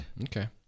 okay